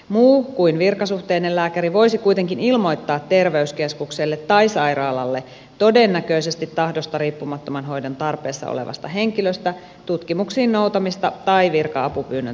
muu kuin virkasuhteinen lääkäri voisi kuitenkin ilmoittaa terveyskeskukselle tai sairaalalle todennäköisesti tahdosta riippumattoman hoidon tarpeessa olevasta henkilöstä tutkimuksiin noutamista tai virka apupyynnön tekemistä varten